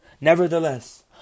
nevertheless